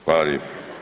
Hvala lijepo.